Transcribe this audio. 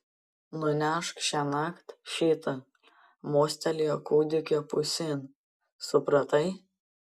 nunešk šiąnakt šitą mostelėjo kūdikio pusėn supratai